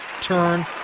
Turn